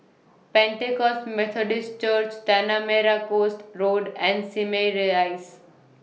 Pentecost Methodist Church Tanah Merah Coast Road and Simei Rise